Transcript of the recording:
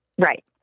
Right